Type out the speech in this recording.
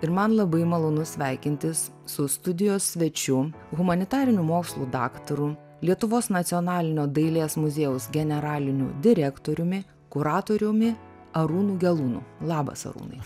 ir man labai malonu sveikintis su studijos svečiu humanitarinių mokslų daktaru lietuvos nacionalinio dailės muziejaus generaliniu direktoriumi kuratoriumi arūnu gelūnu labas arūnai